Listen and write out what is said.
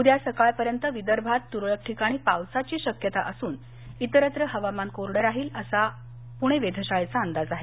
उद्या सकाळपर्यंतविदर्भात तुरळ्क ठिकाणी पावसाची शक्यता असून इतरत्र हवामान कोरडं राहील असा पुणे वेधशाळेचा अंदाज आहे